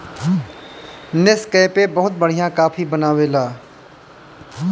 Nescafe बहुते बढ़िया coffee बनावेला